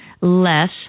less